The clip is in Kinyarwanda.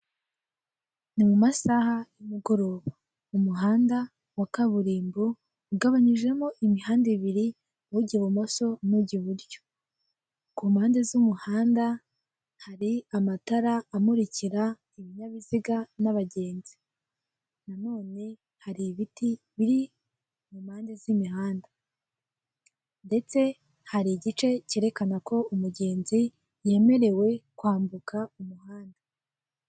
Ni mu masaha y'umugoroba. Umuhanda wa kaburimbo ugabanyijemo imihanda ibiri, ujya ibumoso n'ujya iburyo. Ku mpande z'umuhanda hari amatara amurikira ibinyabiziga n'abagenzi. Nanone hari ibiti biri mu mpande z'imihanda. Ndetse hari igice cyerekana ko umugenzi yemerewe kwambuka umuhanda.